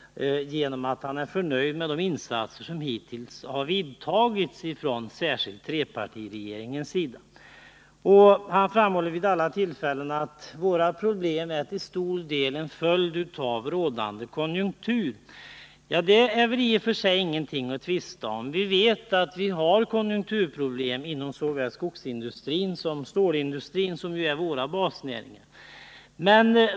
Han är nöjd med de insatser som hittills har gjorts, särskilt från trepartiregeringens sida. Vid alla tillfällen framhåller han att våra problem till stor del är en följd av rådande konjunkturer. Detta är väl i och för sig inte någonting att tvista om. Vi vet att vi har konjunkturproblem inom såväl skogsindustrin som stålindustrin, vilka är våra basnäringar.